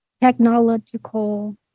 technological